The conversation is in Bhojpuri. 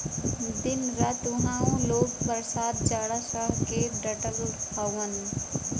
दिन रात उहां उ लोग बरसात जाड़ा सह के डटल हउवन